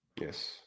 Yes